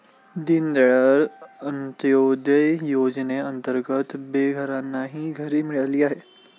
दीनदयाळ अंत्योदय योजनेअंतर्गत बेघरांनाही घरे मिळाली आहेत